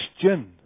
Christian